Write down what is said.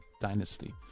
dynasty